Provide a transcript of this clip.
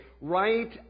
right